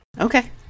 Okay